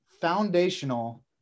foundational